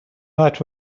night